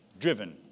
driven